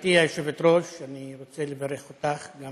גברתי היושבת-ראש, אני רוצה לברך אותך גם